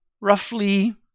roughly